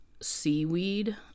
seaweed